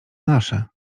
nasze